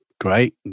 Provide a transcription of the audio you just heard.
Great